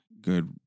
good